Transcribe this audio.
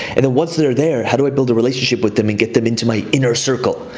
and then once they're there, how do i build a relationship with them and get them into my inner circle,